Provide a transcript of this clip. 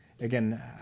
again